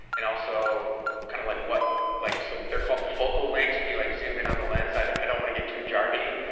and also kind of like what, like so they're called focal lengths when you like zoom in on the lens, i i don't want to get too jargony,